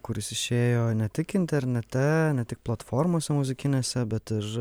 kuris išėjo ne tik internete ne tik platformose muzikinėse bet ir